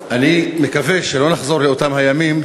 אני מקווה שלא נחזור לאותם הימים